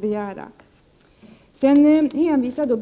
Bengt Lindqvist hänvisade